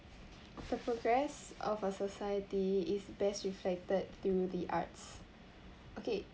the progress of a society is best reflected through the arts okay